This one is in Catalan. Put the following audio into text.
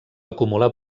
acumular